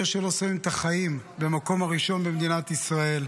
זה שלא שמים את החיים במקום הראשון במדינת ישראל,